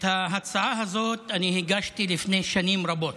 את ההצעה הזאת אני הגשתי לפני שנים רבות,